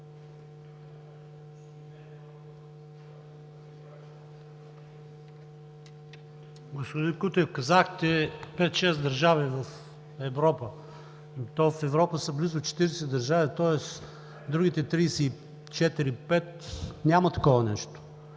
Господин Кутев, казахте пет-шест държави в Европа. В Европа са близо 40 държави, тоест в другите 34 – 35 няма такова нещо.